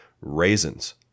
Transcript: Raisins